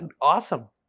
awesome